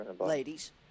ladies